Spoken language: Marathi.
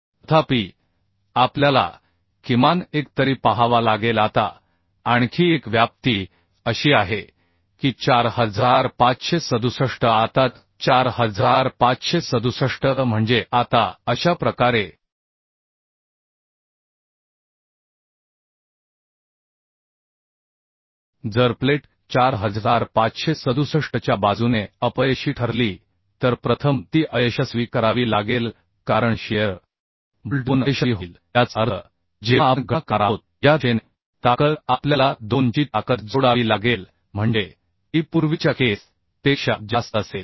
तथापि आपल्याला किमान एक तरी पाहावा लागेल आता आणखी एक व्याप्ती अशी आहे की 4567 आता 4567 म्हणजे आता अशा प्रकारे जर प्लेट 4567 च्या बाजूने अपयशी ठरली तर प्रथम ती अयशस्वी करावी लागेल कारण शिअर बोल्ट 2 अयशस्वी होईल याचा अर्थ जेव्हा आपण गणना करणार आहोत या दिशेने ताकद आपल्याला 2 ची ताकद जोडावी लागेल म्हणजे ती पूर्वीच्या केस पेक्षा जास्त असेल